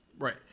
Right